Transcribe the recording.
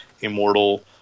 immortal